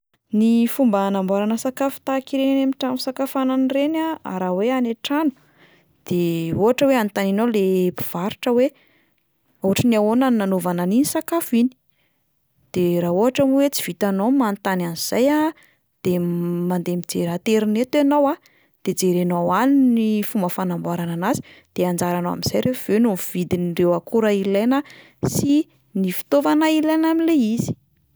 Ny fomba hanamboarana sakafo tahak'ireny any amin'ny trano fisakafoanana ireny a, ah raha hoe any an-trano de ohatra hoe anontanianao le mpivarotra hoe ohatry ny ahoana no nanaovana an'iny sakafo iny? De raha ohatra moa hoe tsy vitanao ny manontany an'izay a, de m- mandeha mijery aterineto ianao a de jerenao any ny fomba fanamboarana anazy, de anjaranao amin'izay rehefa avy eo no mividy an'ireo akora ilaina sy ny fitaovana ilaina amin'le izy.